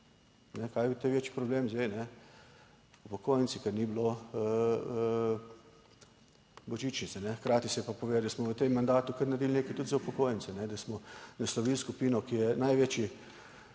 Kaj, vidite večji problem zdaj, upokojenci, ker ni bilo božičnice, hkrati se je pa povedal, da smo v tem mandatu kar naredili nekaj tudi za upokojence, da smo naslovili skupino, ki je največji